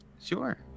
Sure